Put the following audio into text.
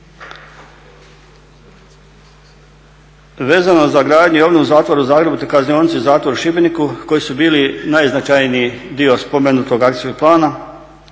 Vezano za gradnju i obnovu zatvora u Zagrebu, te kaznionice i zatvor u Šibeniku koji su bili najznačajniji dio spomenutog akcijskog plana